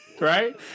right